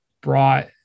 brought